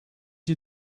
you